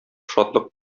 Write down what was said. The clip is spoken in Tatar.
шатлык